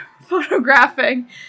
photographing